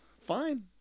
Fine